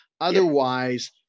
Otherwise